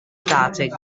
starting